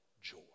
joy